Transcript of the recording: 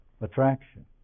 attraction